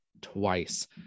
twice